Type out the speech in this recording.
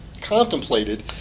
contemplated